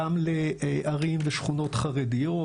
גם לערים ושכונות חרדיות,